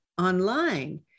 online